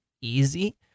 easy